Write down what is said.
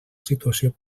situació